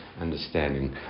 understanding